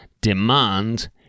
demand